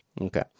Okay